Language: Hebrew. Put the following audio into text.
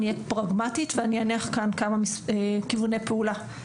אני אהיה פרגמטית ואני אניח כאן כמה כיווני פעולה.